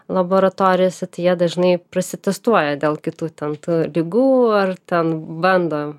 laboratorijose tai jie dažnai prasitestuoja dėl kitų ten tų ligų ar ten bando